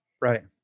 right